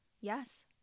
Yes